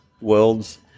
worlds